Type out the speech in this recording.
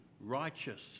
righteous